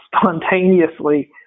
spontaneously